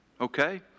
Okay